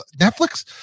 Netflix